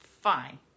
Fine